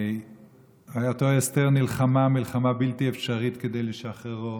ואותה אסתר נלחמה מלחמה בלתי אפשרית כדי לשחררו.